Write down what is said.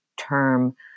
term